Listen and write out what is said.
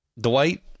Dwight